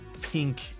pink